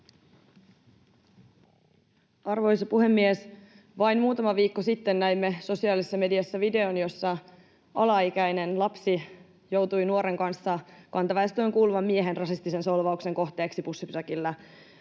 Arvoisa puhemies! Vain muutama viikko sitten näimme sosiaalisessa mediassa videon, jossa alaikäinen lapsi joutui nuoren kanssa kantaväestöön kuuluvan miehen rasistisen solvauksen kohteeksi bussipysäkillä.